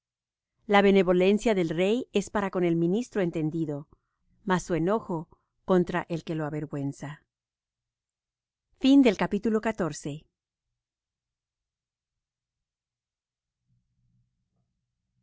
la benevolencia del rey es para con el ministro entendido mas su enojo contra el que lo avergüenza la